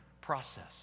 process